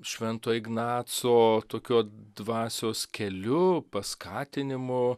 švento ignaco tokio dvasios keliu paskatinimu